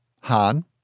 Han